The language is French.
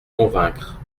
convaincre